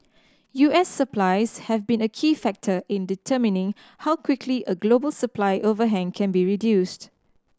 U S supplies have been a key factor in determining how quickly a global supply overhang can be reduced